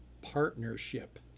partnership